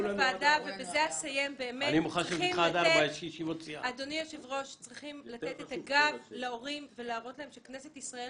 אנחנו כוועדה צריכים לתת את הגב להורים ולהראות להם שכנסת ישראל